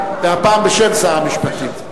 והפעם בשם שר המשפטים.